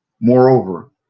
Moreover